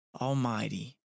almighty